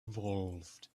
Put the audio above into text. evolved